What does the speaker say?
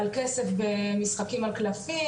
על כסף במשחקים על קלפים,